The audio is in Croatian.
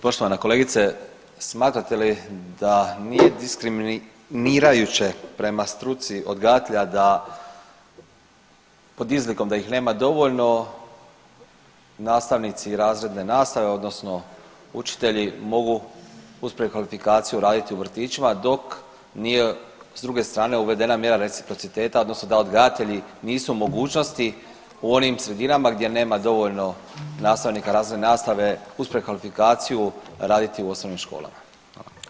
Poštovana kolegice, smatrate li da nije diskriminirajuće prema struci odgajatelja da pod izlikom da ih nema dovoljno nastavnici razredne nastave, odnosno učitelji mogu uz prekvalifikaciju raditi u vrtićima dok nije s druge strane uvedena mjera reciprociteta, odnosno da odgajatelji nisu u mogućnosti u onim sredinama gdje nema dovoljno nastavnika razredne nastave uz prekvalifikaciju raditi u osnovnim školama.